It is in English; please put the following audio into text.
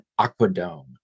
Aquadome